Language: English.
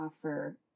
offer